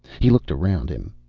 he looked around him.